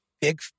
big